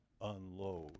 unload